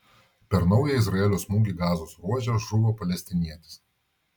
per naują izraelio smūgį gazos ruože žuvo palestinietis